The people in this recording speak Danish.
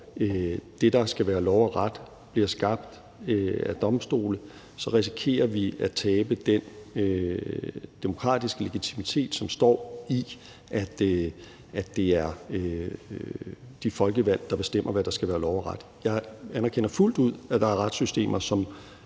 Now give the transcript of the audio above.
det, der skal være lov og ret, bliver skabt af domstole, så risikerer vi at tabe den demokratiske legitimitet, som består i, at det er de folkevalgte, der bestemmer, hvad der skal være lov og ret. Jeg anerkender fuldt ud, at der er retssystemer,